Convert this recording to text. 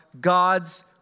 God's